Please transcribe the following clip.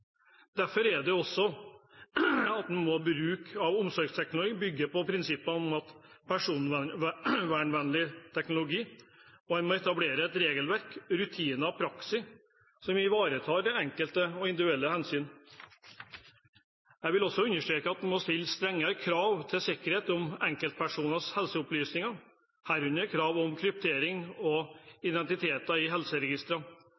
Derfor må man også sikre at bruk av omsorgsteknologi bygger på prinsippet om personvernvennlig teknologi, og det må etableres et regelverk, rutiner og praksis som ivaretar den enkeltes individuelle hensyn. Jeg vil også understreke at man må stille strengere krav til sikkerhet om enkeltpersoners helseopplysninger, herunder krav om kryptering av identiteter i helseregistre, og